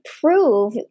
prove